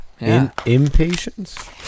Impatience